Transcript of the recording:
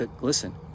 listen